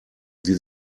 die